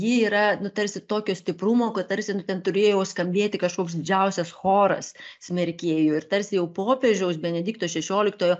ji yra nu tarsi tokio stiprumo kad tarsi nu ten turėjo skambėti kažkoks didžiausias choras smerkėjų ir tarsi jau popiežiaus benedikto šešioliktojo